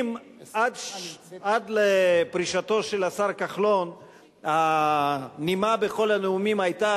אם עד לפרישתו של השר כחלון הנימה בכל הנאומים היתה